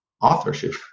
authorship